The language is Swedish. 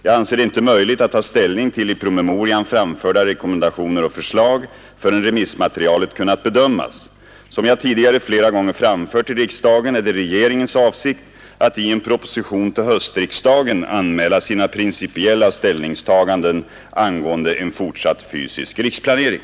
Jag anser det inte möjligt att ta ställning till i promemorian framförda rekommendationer och förslag förrän remissmaterialet kunnat bedömas. Som jag tidigare flera gånger framfört i riksdagen är det regeringens avsikt att i en proposition till höstriksdagen anmäla sina principiella ställningstaganden angående en fortsatt fysisk riksplanering.